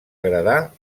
agradar